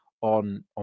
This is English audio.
on